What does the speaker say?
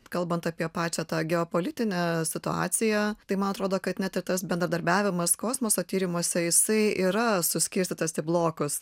kalbant apie pačią tą geopolitinę situaciją tai man atrodo kad net ir tas bendradarbiavimas kosmoso tyrimuose jisai yra suskirstytas į blokus